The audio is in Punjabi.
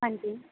ਹਾਂਜੀ